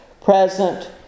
present